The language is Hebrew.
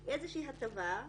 איזושהי הטבה,